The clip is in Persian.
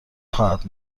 خواهد